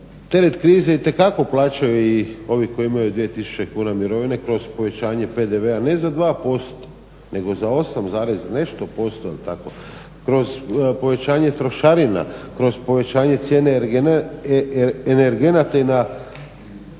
teret krize itekako plaćaju i ovi koji imaju 2 tisuće kuna mirovine kroz povećanje PDV-a ne za 2% nego za 8, nešto posto jel tako, kroz povećanje trošarina kroz povećanje cijene energenata